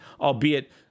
albeit